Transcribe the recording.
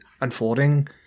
unfolding